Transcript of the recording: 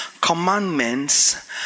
commandments